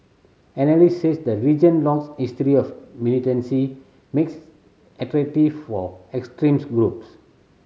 analysts said the region longs history of militancy makes attractive for extremist group